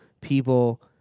people